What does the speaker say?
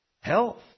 health